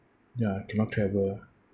ya cannot travel